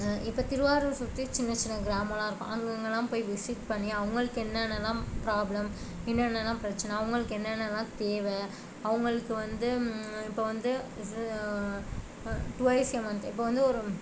இப்போ திருவாரூர் சுற்றி சின்ன சின்ன கிராமலாம் இருக்கும் அங்கேங்களாம் போய் விசிட் பண்ணி அவங்களுக்கு என்னென்னலாம் ப்ராப்ளம் என்னென்னவெலாம் பிரச்சின அவங்களுக்கு என்னென்னவெலாம் தேவை அவங்களுக்கு வந்து இப்போது வந்து டுவைஸ் ய மந்த் இப்போ வந்து ஒரு